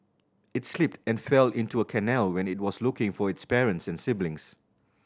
it slipped and fell into a canal when it was looking for its parents and siblings